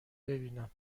ببینم